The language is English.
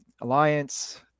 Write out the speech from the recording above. alliance